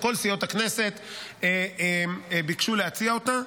או כל סיעות הכנסת ביקשו להציע אותה.